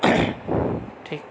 ठीक